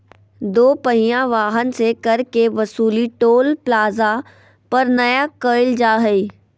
दो पहिया वाहन से कर के वसूली टोल प्लाजा पर नय कईल जा हइ